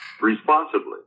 responsibly